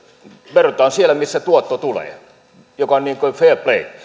verotetaan siellä missä tuotto tulee mikä on niin kuin fair play